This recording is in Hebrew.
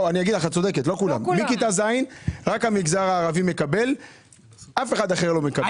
רק המגזר הערבי מקבל ואף אחד אחר לא מקבל.